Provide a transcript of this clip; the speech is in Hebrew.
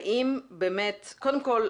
קודם כל,